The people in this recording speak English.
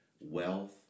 Wealth